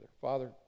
Father